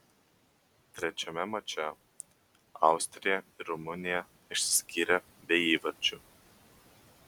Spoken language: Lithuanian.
trečiame mače austrija ir rumunija išsiskyrė be įvarčių